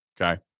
okay